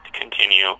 continue